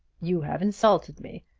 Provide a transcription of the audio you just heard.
you have insulted me.